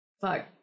Fuck